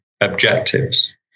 objectives